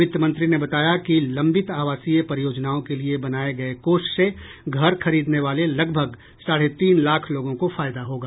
वित्तमंत्री ने बताया कि अटकी आवासीय परियोजनाओं के लिए बनाए गए कोष से घर खरीदने वाले लगभग साढ़े तीन लाख लोगों को फायदा होगा